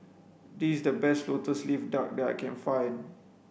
this is the best lotus leaf duck that I can find